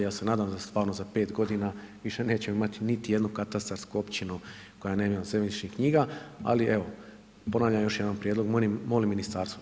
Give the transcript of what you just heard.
I ja se nadam da stvarno za 5 godina više nećemo imati niti jednu katastarsku općinu koja nema zemljišnih knjiga ali evo, ponavljam još jednom prijedlog, molim ministarstvo.